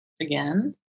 again